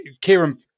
Kieran